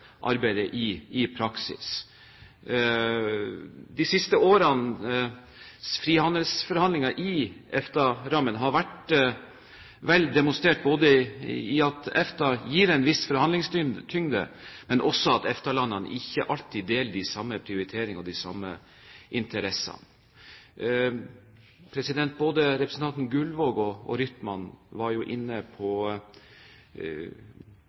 arbeidet i praksis. De siste årenes frihandelsforhandlinger innenfor EFTA-rammen har vært vel demonstrert ved både at EFTA gir en viss forhandlingstyngde, og at EFTA-landene ikke alltid deler de samme prioriteringene og de samme interessene. Både representantene Gullvåg og Rytman var inne på